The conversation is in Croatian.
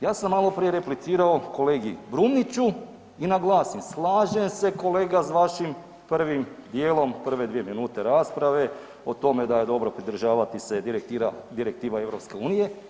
Ja sam malo prije replicirao kolegi Brumniću i naglasim slažem se kolega s vašim prvim dijelom, prve dvije minute rasprave o tome da je dobro pridržavati se direktiva EU.